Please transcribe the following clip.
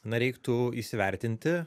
na reiktų įsivertinti